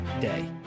day